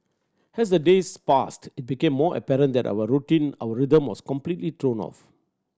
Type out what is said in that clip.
as the days passed it became more apparent that our routine our rhythm was completely thrown off